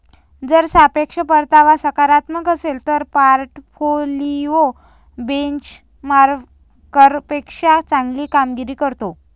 जर सापेक्ष परतावा सकारात्मक असेल तर पोर्टफोलिओ बेंचमार्कपेक्षा चांगली कामगिरी करतो